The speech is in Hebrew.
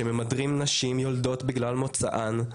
שממדרים נשים יולדות בגלל מוצאן,